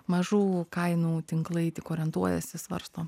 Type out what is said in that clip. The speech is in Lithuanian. mažų kainų tinklai tik orientuojasi svarsto